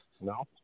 No